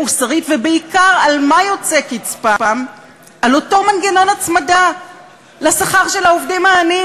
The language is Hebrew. את כל החברים שהשתתפו בדיון בוועדת הכספים ואת שר האוצר.